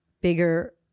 bigger –